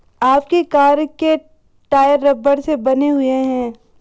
आपकी कार के टायर रबड़ से बने हुए हैं